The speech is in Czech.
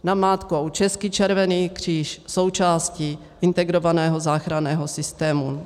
Namátkou Český červený kříž součástí integrovaného záchranného systému.